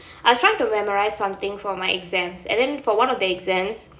I was trying to memorise something for my exams and then for one of the exams